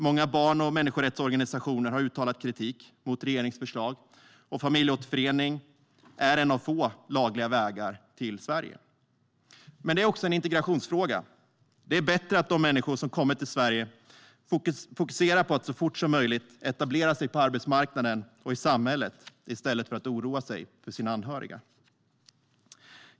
Många barn och människorättsorganisationer har uttalat kritik mot regeringens förslag. Familjeåterförening är en av få lagliga vägar till Sverige. Men det är också en integrationsfråga. Det är bättre att de människor som kommit till Sverige fokuserar på att så fort som möjligt etablera sig på arbetsmarknaden och i samhället i stället för att oroa sig för sina anhöriga.